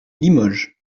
limoges